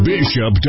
Bishop